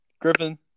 Griffin